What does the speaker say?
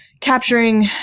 capturing